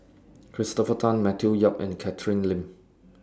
Christopher Tan Matthew Yap and Catherine Lim